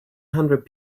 hundred